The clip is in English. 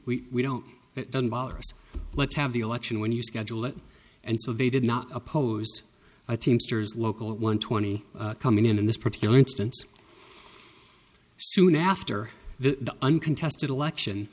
need we don't it doesn't bother us let's have the election when you schedule it and so they did not oppose the teamsters local one twenty coming in in this particular instance soon after the uncontested election